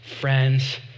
friends